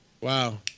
Wow